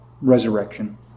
resurrection